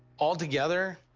all together?